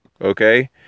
okay